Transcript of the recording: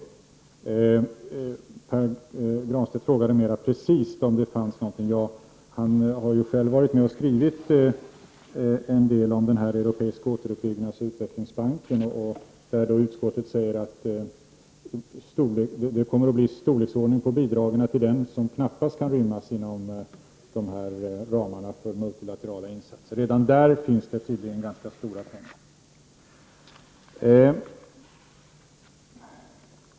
Pär Granstedt frågade mera precist om det fanns någonting. Ja, han har ju själv varit med och skrivit en del om den europeiska återuppbyggnadsoch utvecklingsbanken. Där säger utskottet att det kommer att bli en storleksordning på bidragen som knappast kan rymmas inom ramarna för multilaterala insatser. Redan där finns det tydligen ganska stora pengar.